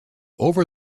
over